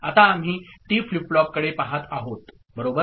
आता आम्ही T flip flop कडे पाहत आहोत बरोबर